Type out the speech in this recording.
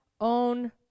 own